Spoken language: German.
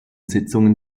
sitzungen